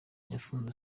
yafunzwe